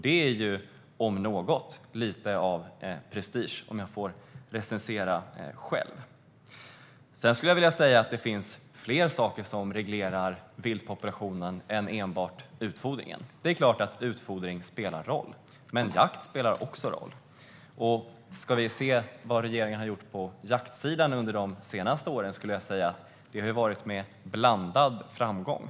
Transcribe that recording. Detta, om något, är lite av prestige, om jag får recensera själv. Det finns fler saker som reglerar viltpopulationen än enbart utfodringen. Det är klart att utfodring spelar roll, men jakt spelar också roll. Det som regeringen har gjort på jaktsidan under de senaste åren har haft blandad framgång.